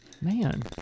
man